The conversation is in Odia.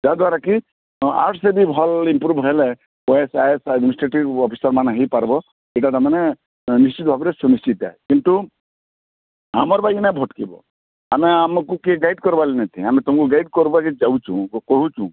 ଯହାଦ୍ୱାରାକି ଆର୍ଟସ୍ରେ ଭଲ ଇମ୍ପ୍ରୁଭ୍ ହେଲେ O A S I A S administrative ଅଫିସର୍ମାନ ହେଇପାର୍ବୋ ଏଇ କଥା ମାନେ ନିଶ୍ଚିତ ଭାବରେ ସୁନିଶ୍ଚିତ ହେ କିନ୍ତୁ ଆମର ନାଇଁ କିନା ଭଟ୍କିବ ଆମେ ଆମକୁ କିଏ ଗାଇଡ଼ କର୍ବାର ନାଇଁ ଥି ଆମେ ତୁମକୁ ଗାଇଡ଼ କରିବାକୁ ଚାହୁଁଛୁ ଓ କରୁଛୁ